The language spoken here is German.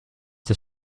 das